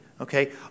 Okay